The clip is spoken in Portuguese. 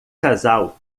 casal